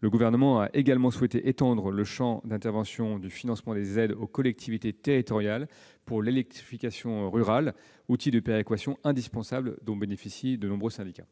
Le Gouvernement a également souhaité étendre le champ d'intervention du financement des aides aux collectivités territoriales pour l'électrification rurale, outil de péréquation indispensable dont bénéficient de nombreux syndicats.